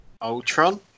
Ultron